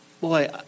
Boy